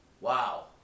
wow